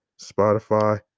spotify